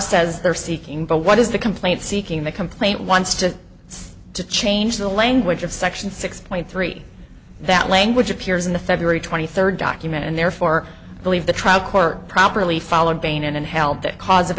says they're seeking but what is the complaint seeking the complaint wants to see to change the language of section six point three that language appears in the february twenty third document and therefore believe the trial court properly followed bain in and help the cause of